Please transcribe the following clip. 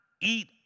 eat